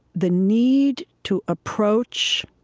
the need to approach